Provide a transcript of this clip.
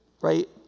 right